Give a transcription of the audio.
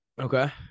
Okay